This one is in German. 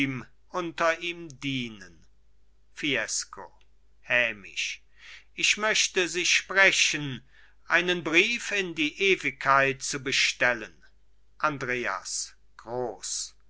unter ihm dienen fiesco hämisch ich möchte sie sprechen einen brief in die ewigkeit zu bestellen andreas groß